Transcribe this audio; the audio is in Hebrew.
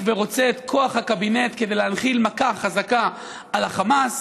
ורוצה את כוח הקבינט כדי להנחית מכה חזקה על החמאס,